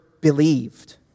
believed